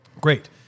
Great